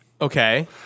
Okay